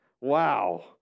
Wow